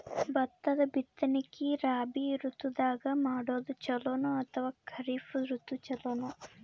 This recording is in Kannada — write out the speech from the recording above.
ಭತ್ತದ ಬಿತ್ತನಕಿ ರಾಬಿ ಋತು ದಾಗ ಮಾಡೋದು ಚಲೋನ ಅಥವಾ ಖರೀಫ್ ಋತು ಚಲೋನ?